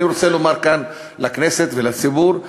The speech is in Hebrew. אני רוצה לומר כאן לכנסת ולציבור: